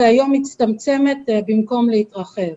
שהיום מצטמצמת במקום להתרחב.